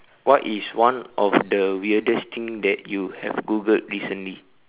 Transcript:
what is one of the weirdest thing that you have googled recently